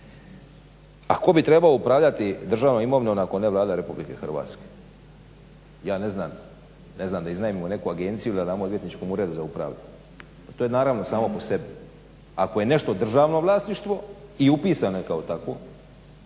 tko bi trebao upravljati državnom imovinom ako ne Vlada Republike Hrvatske? Ja ne znam, da iznajmimo neku agenciju, da damo odvjetničkom uredu da upravlja? To je naravno samo po sebi. Ako je nešto državno vlasništvo i upisano je kao takvo